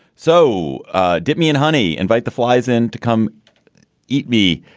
so ah dip me in, honey. invite the flies in to come eat me.